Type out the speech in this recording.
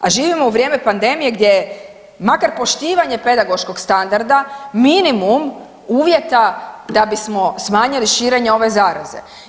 A živimo u vrijeme pandemije gdje makar poštivanje pedagoškog standarda minimum uvjeta da bismo smanjili širenje ove zaraze.